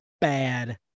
bad